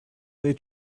they